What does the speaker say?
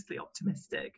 optimistic